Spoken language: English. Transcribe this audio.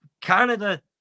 Canada